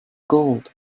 gold